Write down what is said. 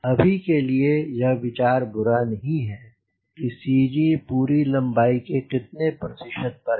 अभी के लिए यह विचार बुरा नहीं है कि CG पूरी लम्बाई के कितने प्रतिशत पर है